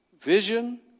Vision